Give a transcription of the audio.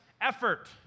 effort